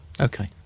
Okay